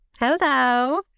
Hello